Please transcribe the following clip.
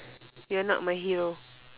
you are not my hero